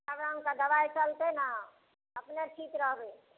हमरा हुनका दवाइ चलतै ने अपने ठीक रहबै